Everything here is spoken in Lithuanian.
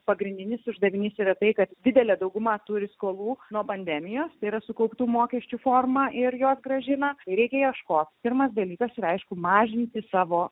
pagrindinis uždavinys yra tai kad didelė dauguma turi skolų nuo pandemijos yra sukauptų mokesčių forma ir jos grąžina reikia ieško pirmas dalykas reiškia mažinti savo